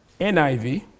NIV